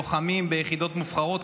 לוחמים ביחידות מובחרות,